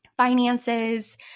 finances